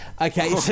Okay